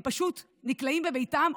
הם פשוט נכלאים בביתם,